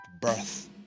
birth